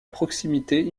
proximité